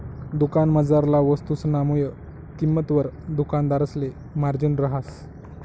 दुकानमझारला वस्तुसना मुय किंमतवर दुकानदारसले मार्जिन रहास